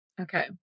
Okay